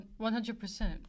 100%